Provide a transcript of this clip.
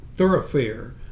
thoroughfare